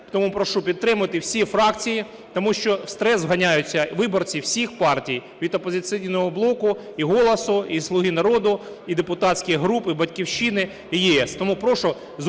тому прошу підтримати всі фракції, тому що в стрес вганяються виборці всіх партій: від "Опозиційного блоку", і "Голосу", і "Слуги народу", і депутатських груп, і "Батьківщини", і "ЄС".